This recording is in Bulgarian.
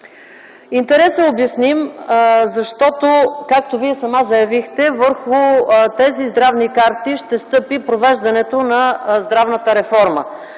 Интересът е обясним, защото, както Вие сама заявихте, върху тези здравни карти ще стъпи провеждането на здравната реформа.